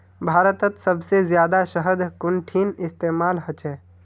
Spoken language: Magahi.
भारतत सबसे जादा शहद कुंठिन इस्तेमाल ह छे